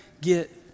get